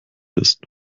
ist